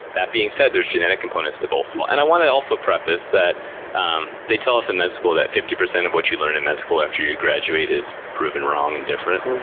that being said, there's genetic components to both. and i want to also preface that um they tell us in med school that fifty percent of what you learn in med school, after you graduate, is proven wrong and different.